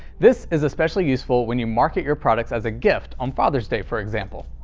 this is especially useful when you market your products as gifts on father's day, for example.